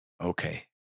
okay